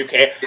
UK